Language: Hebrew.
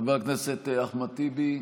חבר הכנסת אחמד טיבי,